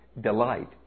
delight